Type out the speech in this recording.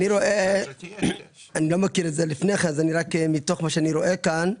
אני לא מכיר את זה מלפני כן אז מתוך שאני רואה כאן,